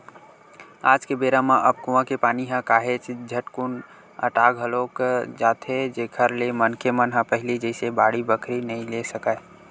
आज के बेरा म अब कुँआ के पानी ह काहेच झटकुन अटा घलोक जाथे जेखर ले मनखे मन ह पहिली जइसे बाड़ी बखरी नइ ले सकय